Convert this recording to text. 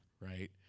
right